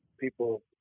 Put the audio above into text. people